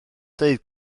dweud